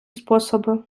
способи